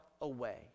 away